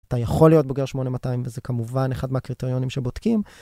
אתה יכול להיות בוגר 8200 וזה כמובן אחד מהקריטריונים שבודקים.